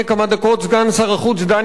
ומשרד החוץ אומר לנו,